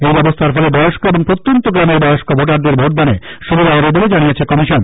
এই ব্যবস্থার ফলে বয়স্ক এবং প্রত্যন্ত গ্রামের বয়স্ক ভোটারদের ভোটদানে সুবিধা হবে বলে জানিয়েছে কমিশন